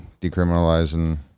decriminalizing